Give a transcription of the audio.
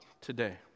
today